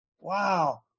Wow